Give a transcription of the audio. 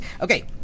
Okay